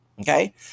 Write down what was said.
okay